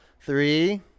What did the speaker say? Three